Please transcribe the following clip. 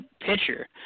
pitcher